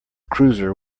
cruiser